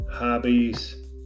Hobbies